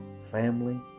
family